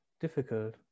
difficult